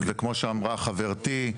וכמו שאמרה חברתי,